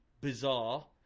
bizarre